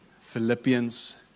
philippians